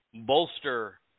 bolster